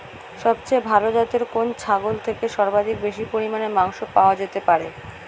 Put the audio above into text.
সবচেয়ে ভালো যাতে কোন ছাগল থেকে সর্বাধিক বেশি পরিমাণে মাংস পাওয়া যেতে পারে?